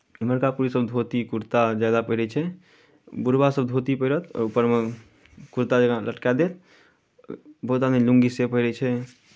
एम्हरका पुरुषसभ धोती कुर्ता जादा पहिरै छै बुढ़बासभ धोती पहिरत ऊपरमे कुर्ता जकाँ लटका देत बहुत आदमी लुङ्गी से पहिरै छै